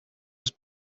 was